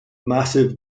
massive